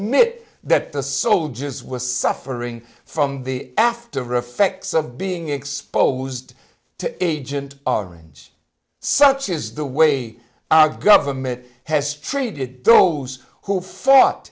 it that the soldiers were suffering from the aftereffects of being exposed to agent orange such is the way our government has treated those who fought